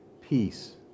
peace